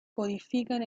codifican